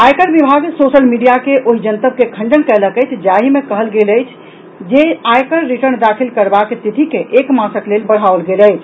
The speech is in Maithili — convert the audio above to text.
आयकर विभाग सोशल मीडिया के ओहि जनतब के खंडन कयलक अछि जाहि मे कहल गेल छल जे आयकर रिटर्न दाखिल करबाक तिथि के एक मासक लेल बढ़ाओल गेल अछि